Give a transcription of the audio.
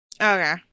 okay